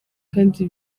kandi